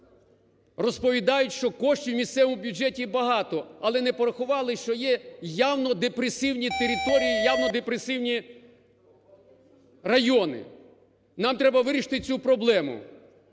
розповідають, що коштів у місцевому бюджеті багато, але не порахували, що є явно депресивні території, явно депресивні райони. Нам треба вирішити цю проблему,